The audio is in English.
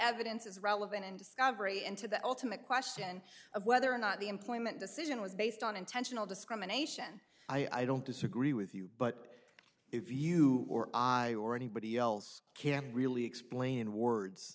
evidence is relevant in discovery and to the ultimate question of whether or not the employment decision was based on intentional discrimination i don't disagree with you but if you or i or anybody else can really explain in words